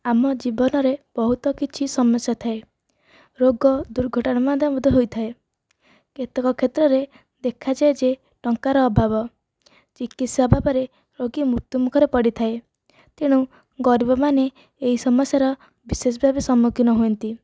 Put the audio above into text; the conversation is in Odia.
ଆମ ଜୀବନରେ ବହୁତ କିଛି ସମସ୍ୟା ଥାଏ ରୋଗ ଦୁର୍ଘଟଣା ମଧ୍ୟ ମଧ୍ୟ ହୋଇଥାଏ କେତକ କ୍ଷେତ୍ରରେ ଦେଖାଯାଏ ଯେ ଟଙ୍କାର ଅଭାବ ଚିକିତ୍ସା ଅଭାବରେ ରୋଗୀ ମୃତ୍ୟୁମୁଖରେ ପଡ଼ିଥାଏ ତେଣୁ ଗରିବମାନେ ଏଇ ସମସ୍ୟାର ବିଶେଷ ଭାବେ ସମ୍ମୁଖୀନ ହୁଅନ୍ତି